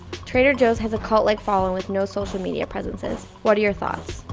trader joe's has a cult like following with no social media presences. what are your thoughts?